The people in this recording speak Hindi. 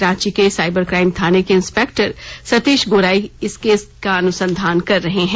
रांची के साइबर क्राइम थाने के इंस्पेक्टर सतीश गोराई इस केस का अनुसंधान कर रहे हैं